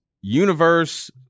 Universe